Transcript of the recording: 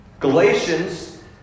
Galatians